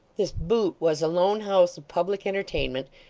this boot was a lone house of public entertainment,